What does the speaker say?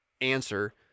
answer